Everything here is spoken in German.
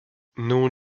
nun